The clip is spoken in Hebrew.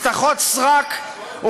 הבטחות סרק,